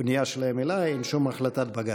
פנייה שלהם אליי, אין שום החלטת בג"ץ.